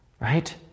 right